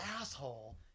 asshole